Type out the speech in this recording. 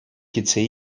кӗтсе